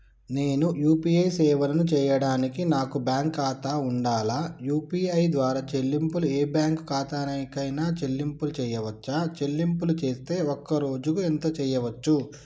నేను యూ.పీ.ఐ సేవలను చేయడానికి నాకు బ్యాంక్ ఖాతా ఉండాలా? యూ.పీ.ఐ ద్వారా చెల్లింపులు ఏ బ్యాంక్ ఖాతా కైనా చెల్లింపులు చేయవచ్చా? చెల్లింపులు చేస్తే ఒక్క రోజుకు ఎంత చేయవచ్చు?